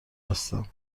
هستم